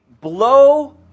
blow